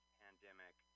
pandemic